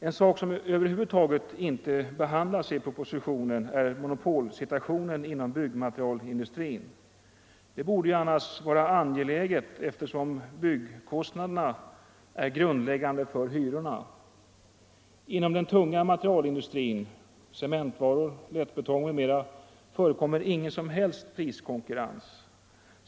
En sak som över huvud taget inte behandlas i propositionen är monopolsituationen inom byggmaterialindustrin. Det torde annars vara angeläget, eftersom byggkostnaderna är grundläggande för hyrorna. Inom den tunga materialindustrin — cementvaror, lättbetong m.m. — förekommer ingen som helst priskonkurrens.